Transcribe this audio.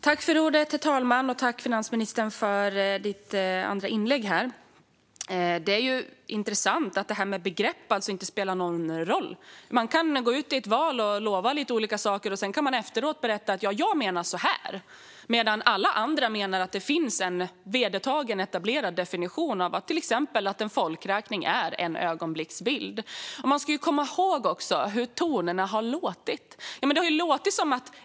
Herr talman! Jag tackar finansministern för detta andra inlägg. Det är ju intressant att det här med begrepp alltså inte spelar någon roll. Man kan gå ut i ett val och lova lite olika saker, och sedan kan man efteråt berätta att "jag menar så här", medan alla andra menar att det finns en vedertagen etablerad definition, till exempel att en folkräkning är en ögonblicksbild. Man ska komma ihåg hur tonerna har låtit.